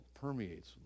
permeates